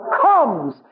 comes